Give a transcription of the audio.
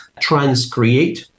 transcreate